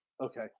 Okay